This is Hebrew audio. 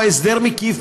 נועדה לקבוע הסדר מקיף,